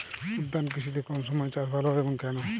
উদ্যান কৃষিতে কোন সময় চাষ ভালো হয় এবং কেনো?